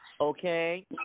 okay